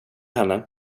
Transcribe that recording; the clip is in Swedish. henne